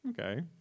Okay